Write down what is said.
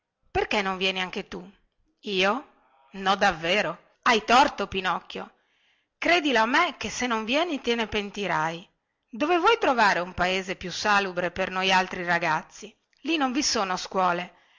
perché non vieni anche tu io no davvero hai torto pinocchio credilo a me che se non vieni te ne pentirai dove vuoi trovare un paese più salubre per noialtri ragazzi lì non vi sono scuole